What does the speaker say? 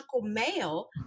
male